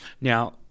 Now